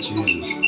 Jesus